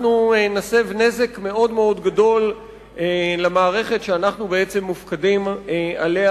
אנחנו נסב נזק מאוד מאוד גדול למערכת שאנחנו בעצם מופקדים עליה,